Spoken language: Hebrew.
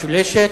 משולשת,